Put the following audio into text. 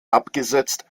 abgesetzt